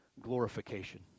glorification